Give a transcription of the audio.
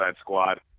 Squad